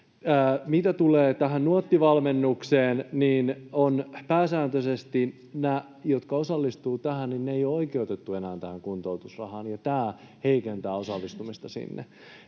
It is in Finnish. Mitä tulee tähän Nuotti-valmennukseen, niin pääsääntöisesti nämä, jotka osallistuvat tähän, eivät ole enää oikeutettuja tähän kuntoutusrahaan, ja tämä heikentää osallistumista siihen.